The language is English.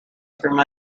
through